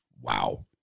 Wow